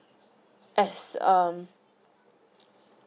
as um